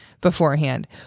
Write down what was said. beforehand